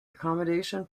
accommodation